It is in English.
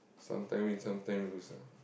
sometime win sometime lose ah